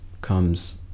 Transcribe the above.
comes